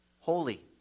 Holy